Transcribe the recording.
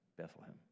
Bethlehem